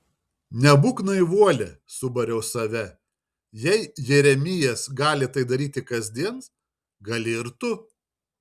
nebūk naivuolė subariau save jei jeremijas gali tai daryti kasdien gali ir tu